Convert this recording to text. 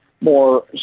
more